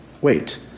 wait